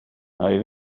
nai